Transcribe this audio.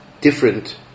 different